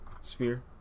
sphere